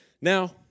Now